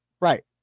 Right